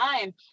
time